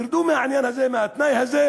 תרדו מהעניין הזה,